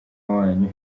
wanyu